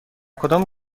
کدام